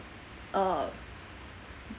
uh